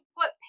put